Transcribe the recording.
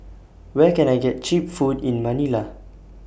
Where Can I get Cheap Food in Manila